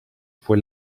fue